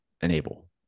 enable